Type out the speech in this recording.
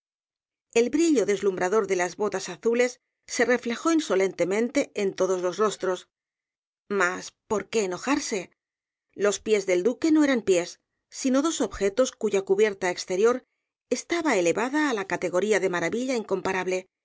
el brillo deslumbrador de las botas azules se reflejó insolentemente en todos los rostros mas por qué enojarse los pies del duque no eran pies sino dos objetos cuya cubierta exterior estaba elevada á la categoría de maravilla incomparable